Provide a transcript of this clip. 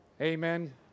Amen